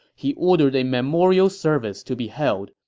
he ordered a memorial service to be held,